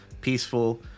peaceful